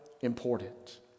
important